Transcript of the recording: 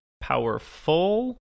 powerful